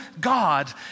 God